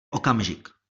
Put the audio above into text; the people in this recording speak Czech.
okamžik